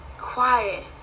quiet